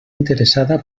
interessada